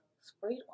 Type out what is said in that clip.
sprayed